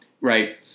right